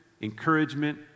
encouragement